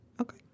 Okay